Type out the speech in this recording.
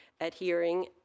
adhering